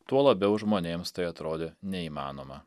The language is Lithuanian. tuo labiau žmonėms tai atrodė neįmanoma